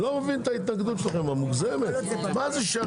הישיבה ננעלה בשעה